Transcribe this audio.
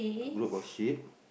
a group of sheep